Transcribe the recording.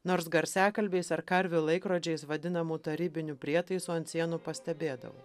nors garsiakalbiais ar karvių laikrodžiais vadinamų tarybinių prietaisų ant sienų pastebėdavau